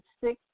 six